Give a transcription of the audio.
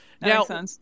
Now